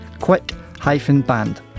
Quick-band